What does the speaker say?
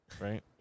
Right